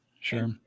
Sure